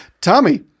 Tommy